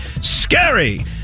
Scary